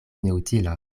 neutila